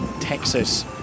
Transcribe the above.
Texas